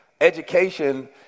education